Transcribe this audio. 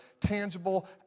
tangible